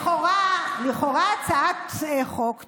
לכאורה הצעת חוק טובה,